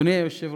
אדוני היושב-ראש,